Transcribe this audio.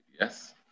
yes